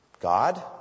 God